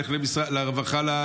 לך לרווחה,